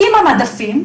עם המדפים,